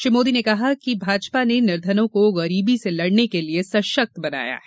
श्री मोदी ने कहा कि भाजपा ने निर्धनों को गरीबी से लड़ने के लिए सशक्त बनाया है